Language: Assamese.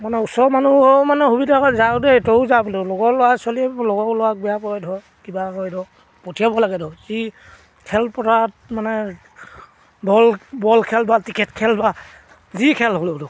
মানে ওচৰৰ মানুহেও মানে সুবিধা হয় যাওক দে তয়ো যা বোলো লগৰ ল'ৰা ছোৱালীয়ে লগৰ ল'ৰাক বেয়া কৰে ধৰ কিবা কৰে ধৰ পঠিয়াব লাগে ধৰক যি খেলপথাৰত মানে বল বল খেল বা ক্ৰিকেট খেল বা যি খেল হ'লেও ধৰক